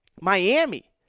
Miami